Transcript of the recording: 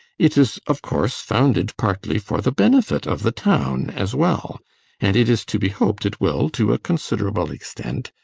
it is, of course, founded partly for the benefit of the town, as well and it is to be hoped it will, to a considerable extent,